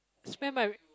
spend my